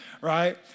Right